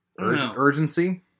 urgency